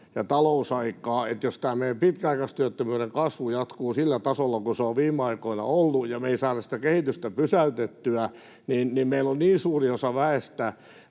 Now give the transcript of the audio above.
ja talousaikaa... Jos tämä meidän pitkäaikaistyöttömyyden kasvu jatkuu sillä tasolla kuin se on viime aikoina ollut, ja jos me ei saada sitä kehitystä pysäytettyä, niin meillä on niin suuri osa väestä